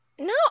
No